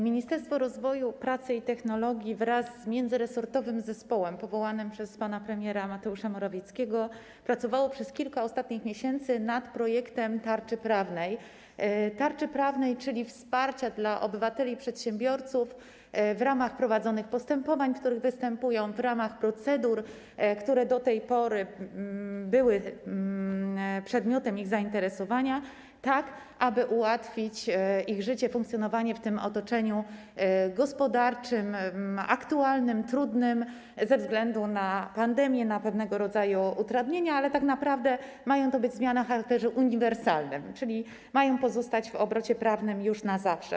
Ministerstwo Rozwoju, Pracy i Technologii wraz z międzyresortowym zespołem powołanym przez pana premiera Mateusza Morawieckiego pracowało przez kilka ostatnich miesięcy nad projektem tarczy prawnej, czyli wsparcia dla obywateli, przedsiębiorców w ramach prowadzonych postępowań, w których występują, w ramach procedur, które do tej pory były przedmiotem ich zainteresowania, tak aby ułatwić im życie, funkcjonowanie w tym otoczeniu gospodarczym, aktualnym, trudnym ze względu na pandemię, na pewnego rodzaju utrudnienia, ale tak naprawdę mają to być zmiany o charakterze uniwersalnym, czyli mają pozostać w obrocie prawnym już na zawsze.